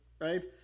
right